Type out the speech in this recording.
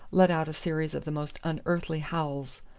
let out a series of the most unearthly howls.